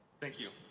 thank you.